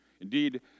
Indeed